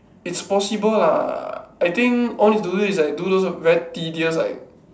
it's possible lah I think all need to do is like do those very tedious like